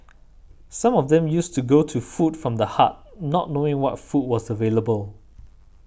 some of them used to go to Food from the Heart not knowing what food was available